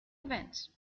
events